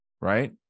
right